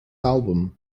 album